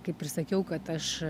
kaip ir sakiau kad aš